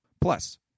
Plus